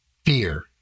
Fear